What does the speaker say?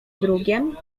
drugiem